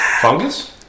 Fungus